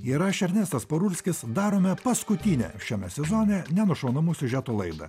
ir aš ernestas parulskis darome paskutinę šiame sezone nenušaunamų siužetų laidą